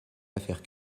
affaires